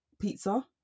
pizza